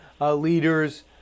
leaders